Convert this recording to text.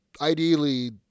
ideally